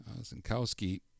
Zinkowski